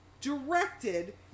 directed